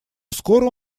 скоро